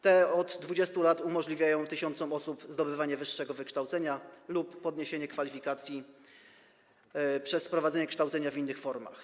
Te od 20 lat umożliwiają tysiącom osób zdobywanie wyższego wykształcenia lub podniesienie kwalifikacji przez prowadzenie kształcenia w innych formach.